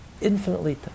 Infinitely